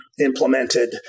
implemented